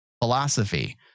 Philosophy